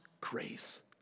grace